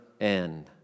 end